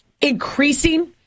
increasing